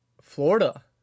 Florida